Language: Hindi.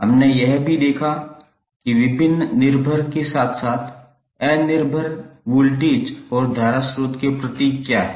हमने यह भी देखा कि विभिन्न निर्भर के साथ साथ अनिर्भर वोल्टेज और धारा स्रोत के प्रतीक क्या हैं